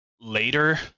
later